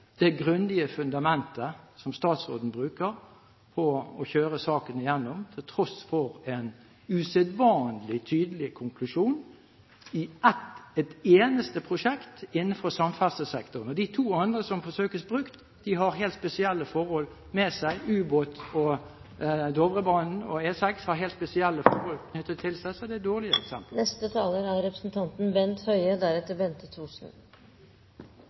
det grundige fundamentet som statsråden bruker på å kjøre saken gjennom, til tross for en usedvanlig tydelig konklusjon i ett eneste prosjekt innenfor samferdselssektoren. De to andre som forsøkes brukt, ubåt, Dovrebanen og E6, har helt spesielle forhold knyttet til seg, så de er